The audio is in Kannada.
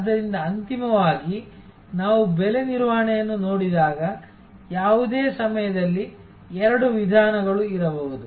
ಆದ್ದರಿಂದ ಅಂತಿಮವಾಗಿ ನಾವು ಬೆಲೆ ನಿರ್ವಹಣೆಯನ್ನು ನೋಡಿದಾಗ ಯಾವುದೇ ಸಮಯದಲ್ಲಿ ಎರಡು ವಿಧಾನಗಳು ಇರಬಹುದು